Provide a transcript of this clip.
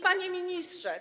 Panie Ministrze!